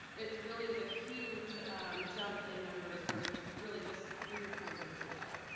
it's really is a huge jump in numbers from really just three or four years ago.